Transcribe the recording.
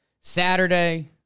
Saturday